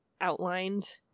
outlined